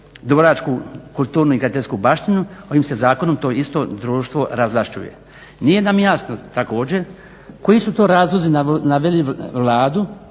dubrovačku kulturnu i graditeljsku baštinu ovim se zakonom to isto društvo razvlašćuje. Nije nam jasno također koji su to razlozi naveli Vladu